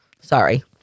Sorry